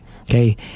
okay